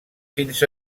fins